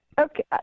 okay